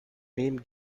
name